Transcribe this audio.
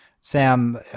Sam